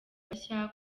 bashya